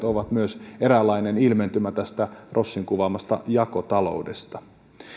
ovat eräänlainen ilmentymä tästä rossin kuvaamasta jakotaloudesta